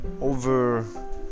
over